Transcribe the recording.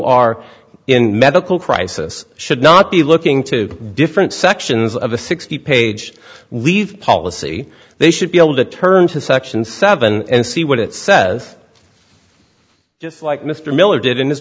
are in medical crisis should not be looking to different sections of a sixty page leave policy they should be able to turn to section seven and see what it says just like mr miller did in this